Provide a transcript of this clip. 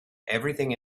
everything